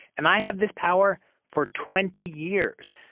and i have this power for twenty years.